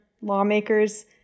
lawmakers